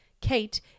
Kate